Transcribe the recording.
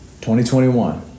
2021